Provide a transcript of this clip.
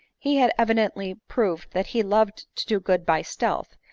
he had evidently proved that he loved to do good by stealth,